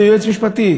זה יועץ משפטי.